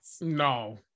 No